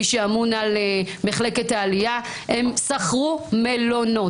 מי שאמון על מחלקת העלייה הם שכרו מלונות.